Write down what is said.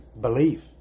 Belief